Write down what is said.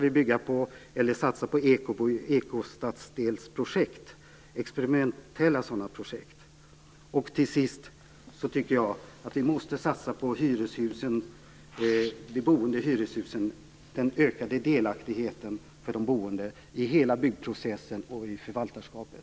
Vi skall också satsa på experimentella ekostadsdelsprojekt. Till sist tycker jag att vi måste satsa på de boende i hyreshusen, på ökad delaktighet för de boende i hela byggprocessen och i förvaltarskapet.